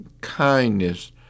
kindness